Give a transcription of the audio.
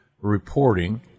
reporting